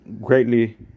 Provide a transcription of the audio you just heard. greatly